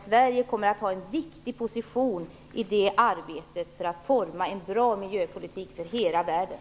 Sverige kommer att ha en viktig position i arbetet för att forma en bra miljöpolitik för hela världen.